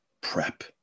prep